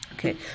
Okay